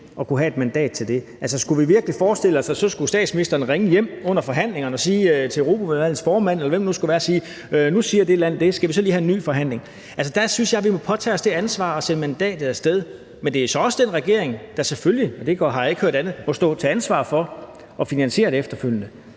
og kunne have et mandat til det. Altså, skulle vi virkelig forestille os, at statsministeren så skulle ringe hjem under forhandlingerne og sige til Europaudvalgets formand, eller hvem det nu skulle være: Nu siger det land det, skal vi så lige have en ny forhandling? Der synes jeg, at vi må påtage os det ansvar og sende mandatet af sted, men det er så selvfølgelig også den regering, der – og jeg har ikke hørt andet – må stå til ansvar for at finansiere det efterfølgende.